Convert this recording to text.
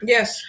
Yes